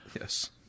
Yes